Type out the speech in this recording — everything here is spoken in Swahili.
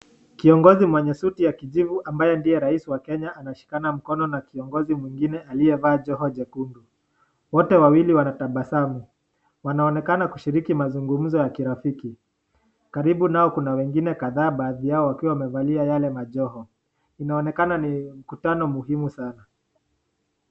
Kiongozi mwenye suti ya kijivu ambaye ndiye rais wa Kenya, ameshikana mkono na kiongozi mwingine aliyevaa joho jekundu .Wote wawili wanatabasamu. Wanaonekana kushiriki mazungumzo ya kirafiki. Karibu nao kuna wengine kadhaa baadhi yao wamevalia Yale majoho. Inaonekana ni mkutano muhimu sana.